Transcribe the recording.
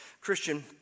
Christian